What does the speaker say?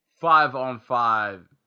five-on-five